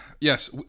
Yes